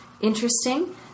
interesting